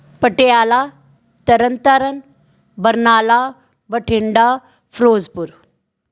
Patiala Tarn Taran Barnala Bathinda Firozpur